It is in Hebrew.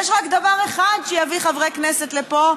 יש רק דבר אחד שיביא חברי כנסת לפה,